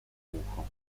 ucho